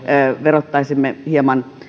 verottaisimme hieman